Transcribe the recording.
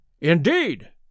Indeed